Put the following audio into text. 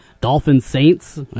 Dolphins-Saints